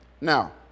Now